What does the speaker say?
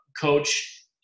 coach